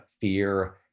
fear